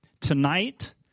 Tonight